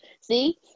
See